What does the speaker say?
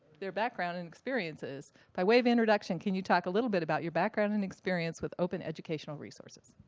their background and experiences. by way of introduction, can you talk a little bit about your background and experience with open educational resources?